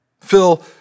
Phil